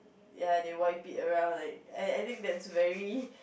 ya they wipe it around like I I think that's very